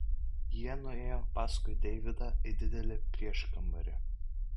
jie nuėjo paskui deividą į didelį prieškambarį